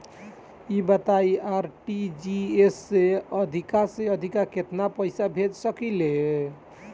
ई बताईं आर.टी.जी.एस से अधिक से अधिक केतना पइसा भेज सकिले?